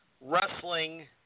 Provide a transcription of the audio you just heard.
wrestling